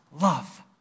love